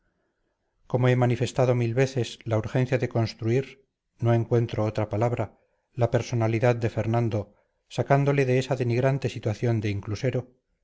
como he manifestado mil veces la urgencia de construir no encuentro otra palabra la personalidad de fernando sacándole de esa denigrante situación de